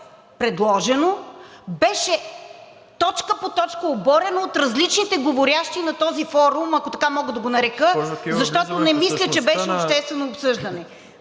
предложено, беше точка по точка оборено от различните говорещи на този форум, ако така мога да го нарека, защото не мисля, че беше обществено обсъждане.